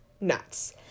nuts